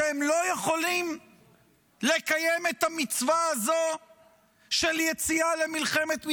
שהם לא יכולים לקיים את המצווה הזו של יציאה למלחמת מצווה?